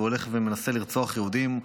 והולך ומנסה לרצוח יהודים.